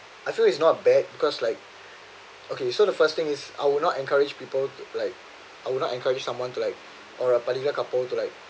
I feel it's not bad because like okay so the first thing is I will not encourage people to apply I would not encourage someone to like or a particular coupled to like